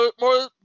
more